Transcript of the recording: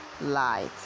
light